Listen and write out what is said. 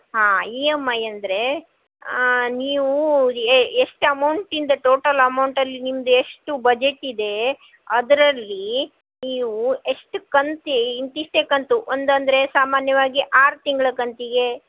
ಹಾಂ E M I ಅಂದರೆ ನೀವು ಎಷ್ಟು ಅಮೌಂಟಿಂದು ಟೋಟಲ್ ಅಮೌಂಟಲ್ಲಿ ನಿಮ್ದು ಎಷ್ಟು ಬಜೆಟ್ ಇದೆ ಅದರಲ್ಲಿ ನೀವು ಎಷ್ಟು ಕಂತು ಇಂತಿಷ್ಟೆ ಕಂತು ಒಂದು ಅಂದರೆ ಸಾಮಾನ್ಯವಾಗಿ ಆರು ತಿಂಗ್ಳು ಕಂತಿಗೆ